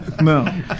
no